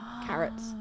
Carrots